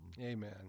Amen